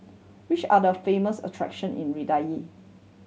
which are the famous attraction in